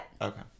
Okay